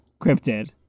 Cryptid